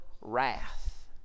wrath